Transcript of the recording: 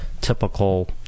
typical